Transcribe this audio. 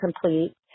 complete